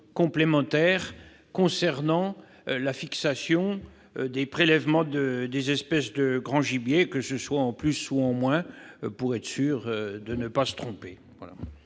complémentaires concernant la fixation des prélèvements des espèces de grands gibiers, que ce soit en plus ou en moins, pour être sûr de ne pas se tromper.